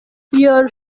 your